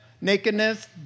nakedness